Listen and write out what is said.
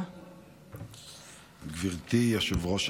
גברתי היושבת-ראש,